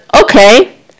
okay